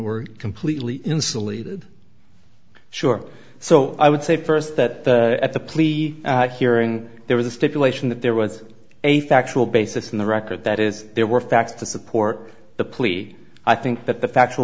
or completely insulated sure so i would say first that at the plea hearing there was a stipulation that there was a factual basis in the record that is there were facts to support the plea i think that the factual